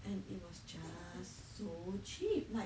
and it was just so cheap like